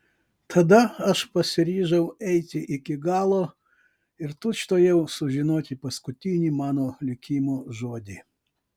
tada aš pasiryžau eiti iki galo ir tučtuojau sužinoti paskutinį mano likimo žodį